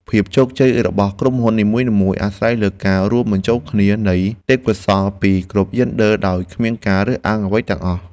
ជោគជ័យរបស់ក្រុមហ៊ុននីមួយៗអាស្រ័យលើការរួមបញ្ចូលគ្នានៃទេពកោសល្យពីគ្រប់យេនឌ័រដោយគ្មានការរើសអើងអ្វីទាំងអស់។